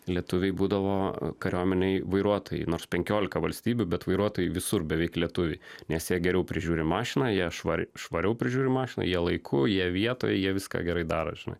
lietuviai būdavo kariuomenėj vairuotojai nors penkiolika valstybių bet vairuotojai visur beveik lietuviai nes jie geriau prižiūri mašiną ją švariai švariau prižiūri mašiną jie laiku jie vietoje jie viską gerai daro žinai